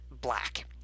Black